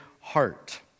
heart